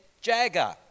Jagger